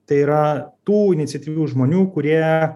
tai yra tų iniciatyvių žmonių kurie